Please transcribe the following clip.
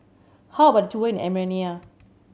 how about a tour in Armenia